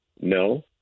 no